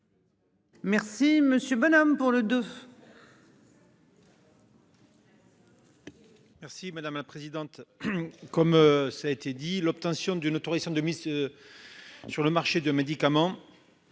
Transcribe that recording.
monsieur Bonhomme pour le deux. Merci madame la présidente. Comme ça a été dit l'obtention d'une autorisation de mise. Sur le marché de médicaments.